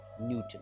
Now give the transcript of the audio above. Newton